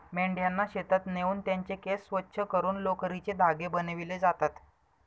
मेंढ्यांना शेतात नेऊन त्यांचे केस स्वच्छ करून लोकरीचे धागे बनविले जातात